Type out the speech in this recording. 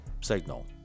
signal